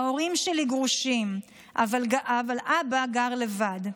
ההורים שלי גרושים, אבל אבא גר לבד.